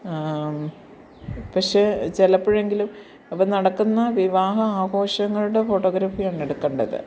പക്ഷേ ചിലപ്പോഴെങ്കിലും അപ്പോള് നടക്കുന്ന വിവാഹ ആഘോഷങ്ങളുടെ ഫോട്ടോഗ്രാഫിയാണെടുക്കേണ്ടത്